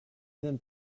than